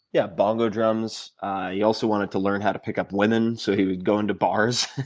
yeah bongo drums he also wanted to learn how to pick up women, so he would go into bars.